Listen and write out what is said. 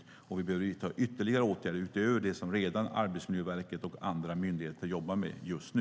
Då får vi se om vi behöver vidta ytterligare åtgärder utöver dem som Arbetsmiljöverket och andra myndigheter jobbar med just nu.